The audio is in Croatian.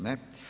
Ne.